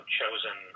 chosen